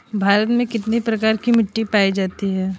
भारत में कितने प्रकार की मिट्टी पाई जाती हैं?